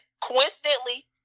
coincidentally